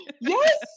yes